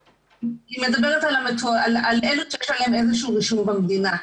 היא מדברת על אלו שיש להם איזה שהוא רישום במדינה.